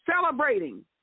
celebrating